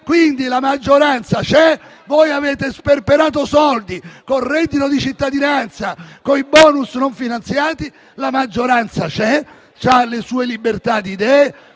cala. La maggioranza c'è, voi avete sperperato soldi con il reddito di cittadinanza e con i *bonus* non finanziati; la maggioranza c'è e ha la propria libertà di